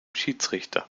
schiedsrichter